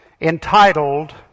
Entitled